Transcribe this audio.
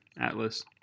Atlas